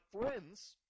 friends